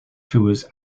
tours